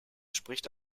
spricht